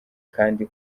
kandi